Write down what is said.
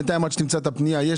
בינתיים עד שתמצא את הפנייה הבאה.